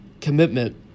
commitment